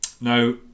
Now